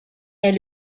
est